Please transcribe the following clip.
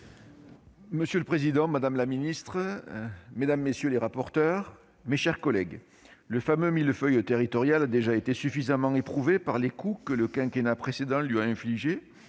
Monsieur le président, madame la ministre, mes chers collègues, le fameux millefeuille territorial a déjà été suffisamment éprouvé par les coups que le quinquennat précédent lui a infligés.